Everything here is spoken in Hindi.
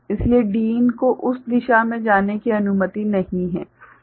इसलिए Din को उस दिशा में जाने की अनुमति नहीं है क्या यह ठीक है